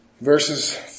Verses